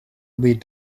lead